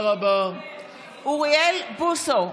(קוראת בשמות חברי הכנסת) אוריאל בוסו,